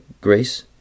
grace